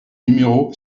numéro